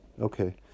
Okay